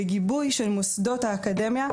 בגיבוי של מוסדות האקדמיה,